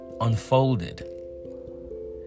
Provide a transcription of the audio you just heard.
unfolded